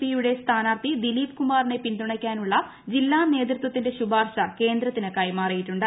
P യുടെ സ്ഥാനാർത്ഥി ദിലീപ് കുമാറിനെ പിന്തുണയ്ക്കാനുള്ള ജില്ലാ നേതൃത്വത്തിന്റെ ശുപാർശ കേന്ദ്രത്തിന് കൈമാറിയിട്ടുണ്ട്